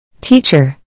Teacher